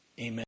Amen